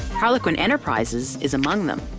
harlequin enterprises is among them.